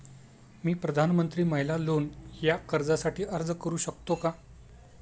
मी प्रधानमंत्री महिला लोन या कर्जासाठी अर्ज करू शकतो का?